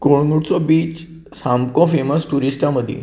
कोळंगूटचो beach सामको famous टुरीस्टां मदीं